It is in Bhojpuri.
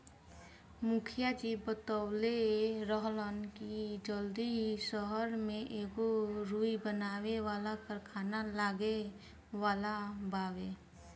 मुखिया जी बतवले रहलन की जल्दी ही सहर में एगो रुई बनावे वाला कारखाना लागे वाला बावे